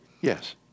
Yes